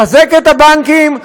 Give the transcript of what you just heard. מחזקים את הבנקים,